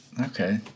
Okay